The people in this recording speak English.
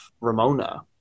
Ramona